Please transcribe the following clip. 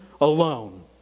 alone